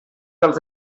dels